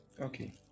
Okay